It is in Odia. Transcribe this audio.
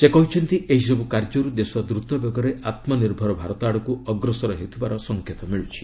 ସେ କହିଛନ୍ତି ଏହିସବ୍ କାର୍ଯ୍ୟର୍ ଦେଶ ଦ୍ରତ ବେଗରେ ଆତ୍ମନିର୍ଭର ଭାରତ ଆଡ଼କୁ ଅଗ୍ରସର ହେଉଥିବାର ସଙ୍କେତ ମିଳୁଛି